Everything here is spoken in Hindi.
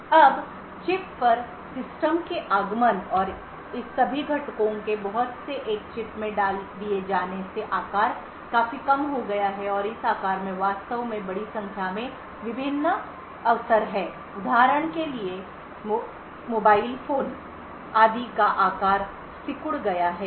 अब चिप पर सिस्टम के आगमन और इस सभी घटकों के बहुत से एक चिप में डाल दिए जाने से आकार काफी कम हो गया है और इस आकार में वास्तव में बड़ी संख्या में विभिन्न अवसर है उदाहरण के लिए मोबाइल फोन आदि का आकार सिकुड़ गया है